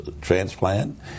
transplant